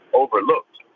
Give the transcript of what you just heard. overlooked